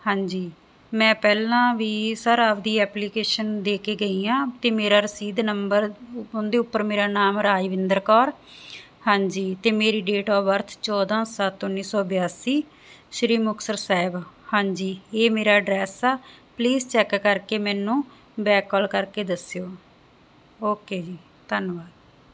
ਹਾਂਜੀ ਮੈਂ ਪਹਿਲਾਂ ਵੀ ਸਰ ਆਪਦੀ ਐਪਲੀਕੇਸ਼ਨ ਦੇ ਕੇ ਗਈ ਆ ਤੇ ਮੇਰਾ ਰਸੀਦ ਨੰਬਰ ਉਹਦੇ ਉੱਪਰ ਮੇਰਾ ਨਾਮ ਰਾਜਵਿੰਦਰ ਕੌਰ ਹਾਂਜੀ ਤੇ ਮੇਰੀ ਡੇਟ ਆਫ ਬਰਥ ਚੌਦਾਂ ਸੱਤ ਉੱਨੀ ਸੌ ਬਿਆਸੀ ਸ੍ਰੀ ਮੁਖਤਸਰ ਸਾਹਿਬ ਹਾਂਜੀ ਇਹ ਮੇਰਾ ਐਡਰੈਸ ਆ ਪਲੀਜ਼ ਚੈੱਕ ਕਰਕੇ ਮੈਨੂੰ ਬੈਕ ਕਾਲ ਕਰਕੇ ਦੱਸਿਓ ਓਕੇ ਜੀ ਧੰਨਵਾਦ